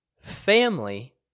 family